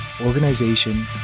organization